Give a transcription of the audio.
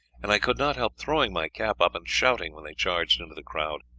and i could not help throwing my cap up and shouting when they charged into the crowd.